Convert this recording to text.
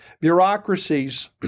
Bureaucracies